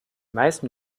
meisten